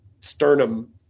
sternum